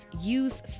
use